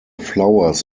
flowers